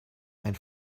ein